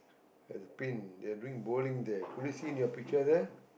there is a pin there are doing bowling there could you see in your picture there